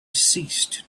ceased